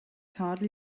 hardly